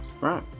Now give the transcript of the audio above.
Right